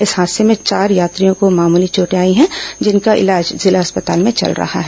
इस हादसे में चार यात्रियों को मामूली चोंटे आई हैं जिनको इलाज जिला अस्पताल में चल रहा है